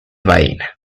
baena